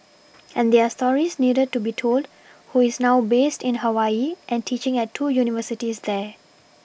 and their stories needed to be told who is now based in Hawaii and teaching at two universities there